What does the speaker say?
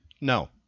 No